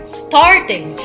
starting